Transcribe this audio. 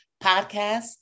podcast